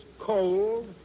cold